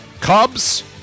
Cubs